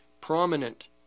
prominent